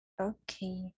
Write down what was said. Okay